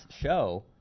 show